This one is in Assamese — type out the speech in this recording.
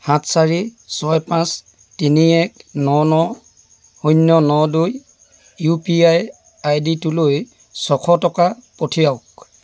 সাত চাৰি ছয় পাঁচ তিনি এক ন ন শূন্য ন দুই ইউ পি আই আইডিটোলৈ ছশ টকা পঠিয়াওক